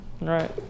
Right